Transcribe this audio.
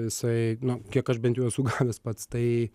jisai nu kiek aš bent jau esu gavęs pats tai